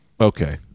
Okay